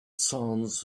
sounds